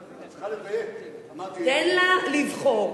לא דיברתי על השירות.